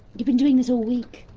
you've been doing this all week.